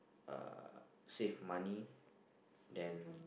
uh save money then